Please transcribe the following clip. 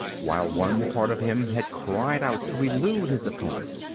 while one part of him had cried out to elude his opponent,